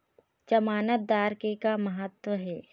जमानतदार के का महत्व हे?